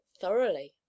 thoroughly